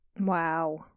wow